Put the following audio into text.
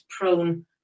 prone